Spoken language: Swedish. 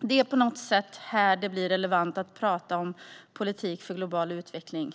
Det är på något sätt här det blir relevant att tala om politik för global utveckling.